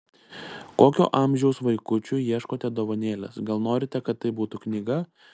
kokio amžiaus vaikučiui ieškote dovanėlės gal norite kad tai būtų knyga